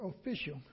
official